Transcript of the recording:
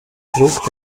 druck